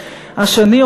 השני,